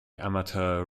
amateur